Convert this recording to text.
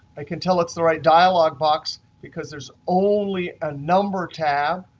i can tell it's the right dialog box because there's only a number tab.